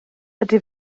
ydy